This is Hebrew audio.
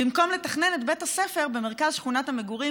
במקום לתכנן את בית הספר במרכז שכונת המגורים,